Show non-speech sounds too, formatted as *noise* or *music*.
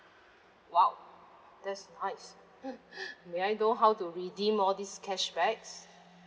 !wow! that's nice *laughs* may I know how to redeem all these cashbacks